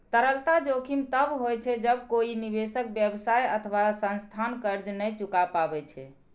तरलता जोखिम तब होइ छै, जब कोइ निवेशक, व्यवसाय अथवा संस्थान कर्ज नै चुका पाबै छै